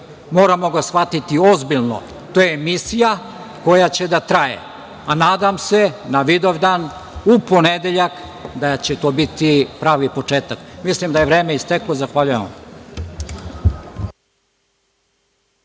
Moramo ga shvatiti ozbiljno. To je misija koja će da traje, a nadam se na Vidovdan, u ponedeljak, da će to biti pravi početak. Mislim da je vreme isteklo. Zahvaljujem vam.